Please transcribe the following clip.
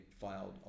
filed